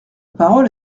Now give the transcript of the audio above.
parole